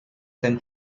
san